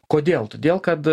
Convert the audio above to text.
kodėl todėl kad